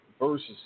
versus